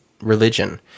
religion